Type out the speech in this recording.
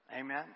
Amen